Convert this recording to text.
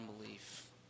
unbelief